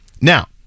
Now